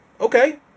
Okay